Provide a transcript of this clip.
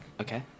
Okay